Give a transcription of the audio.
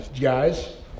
guys